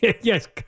Yes